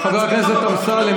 חבר הכנסת אמסלם,